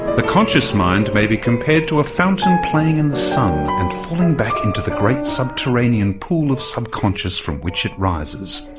the conscious mind may be compared to a fountain playing in the sun and falling back into the great subterranean pool of subconscious from which is rises.